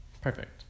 Perfect